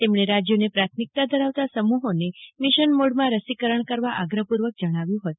તેમણે રાજયોને પ્રાથમિકતા ધરાવતા સમૂહોને મિશન મોડમાં રીસકરણ કરવા આગ્રહપૂર્વક જણાવ્યું છે